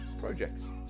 projects